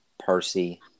Percy